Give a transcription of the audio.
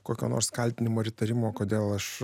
kokio nors kaltinimo ar įtarimo kodėl aš